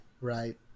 Right